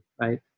right